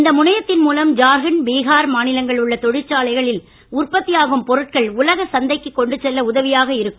இந்த முனையத்தின் மூலம் ஜார்கண்ட் பீஹார் மாநிலங்கள் உள்ள தொழிற்சாலைகளில் உற்பத்தியாகும் பொருட்கள் உலகச் சந்தைக்கு கொண்டுசெல்ல உதவியாக இருக்கும்